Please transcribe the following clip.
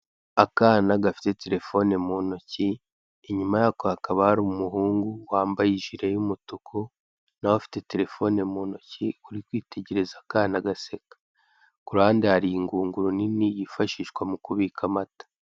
Akana gafite terefone mu ntoki inyuma yako hakaba umuhungu wambaye ijire y'umutuku nawe afite terefone mu ntoki uri kwitegereza akana gaseka, ku ruhande hari ingunguru nini yifashishwa mu kubika amata.